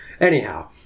Anyhow